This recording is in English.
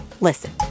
Listen